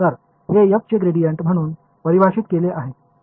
तर हे f चे ग्रेडियंट म्हणून परिभाषित केले आहे